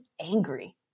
angry